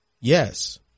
Yes